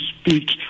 speak